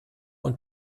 und